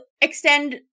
extend